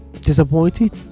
disappointed